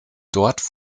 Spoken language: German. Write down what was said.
dort